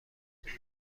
نفرات